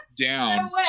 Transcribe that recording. down